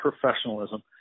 professionalism